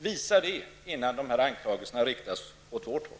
Visa det, innan ni riktar anklagelser åt vårt håll.